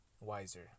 wiser